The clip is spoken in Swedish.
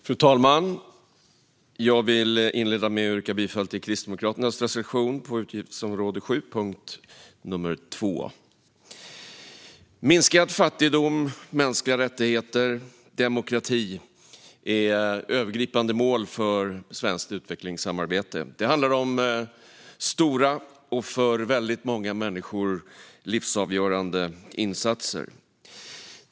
Fru talman! Jag vill inleda med att yrka bifall till Kristdemokraternas reservation på utgiftsområde 7 under punkt 2. Minskad fattigdom, mänskliga rättigheter och demokrati är övergripande mål för svenskt utvecklingssamarbete. Det handlar om stora och för väldigt många människor livsavgörande insatser.